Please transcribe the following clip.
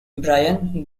bryan